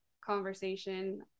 conversation